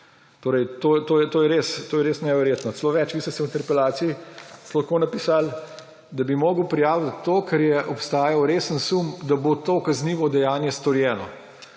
dejanj. To je res neverjetno. Celo več, vi ste v interpelaciji celo tako napisali, da bi moral prijaviti zato, ker je obstajal resen sum, da bo to kaznivo dejanje storjeno.